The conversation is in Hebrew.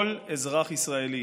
כל אזרח ישראלי